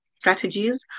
strategies